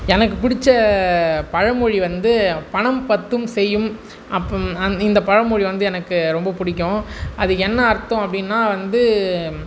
எனக்கு பிடித்த பழமொழி வந்து பணம் பத்தும் செய்யும் அப்றம் அந் இந்த பழமொழி வந்து எனக்கு ரொம்ப பிடிக்கும் அது என்ன அர்த்தம் அப்படினா வந்து